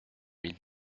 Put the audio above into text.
mille